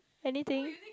anything